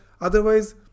otherwise